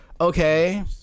okay